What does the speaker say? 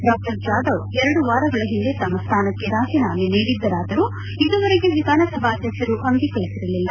ಡಾ ಜಾದವ್ ಎರಡು ವಾರಗಳ ಹಿಂದೆ ತಮ್ಮ ಸ್ವಾನಕ್ಕೆ ರಾಜೀನಾಮೆ ನೀಡಿದ್ದರಾದರೂ ಇದುವರೆಗೆ ವಿಧಾನಸಭಾಧ್ಯಕ್ಷರು ಅಂಗೀಕರಿಸಿರಲಿಲ್ಲ